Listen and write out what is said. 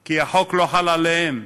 כי החוק לא חל עליהם.